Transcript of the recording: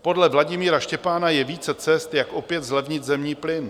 Podle Vladimíra Štěpána je více cest, jak opět zlevnit zemní plyn.